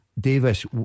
Davis